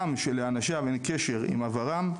עם שלאנשיו אין קשר עם עברם,